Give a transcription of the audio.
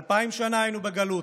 אלפיים שנה היינו בגלות,